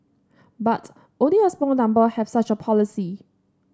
but only a small number have such a policy